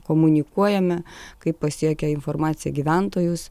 komunikuojame kaip pasiekia informacija gyventojus